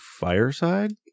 Fireside